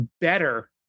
better